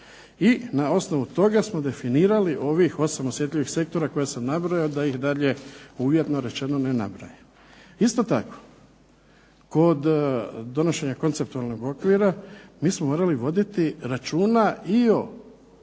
i na osnovu toga smo definirali ovih 8 osjetljivih sektora koje sam nabrojao da ih dalje uvjetno rečeno ne nabrajam. Isto tako, kod donošenja konceptualnog okvira mi smo morali voditi računa i o